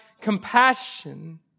compassion